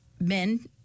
men